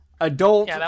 adult